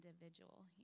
individual